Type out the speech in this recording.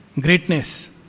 greatness